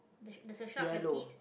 does does the shark have teeth